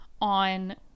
on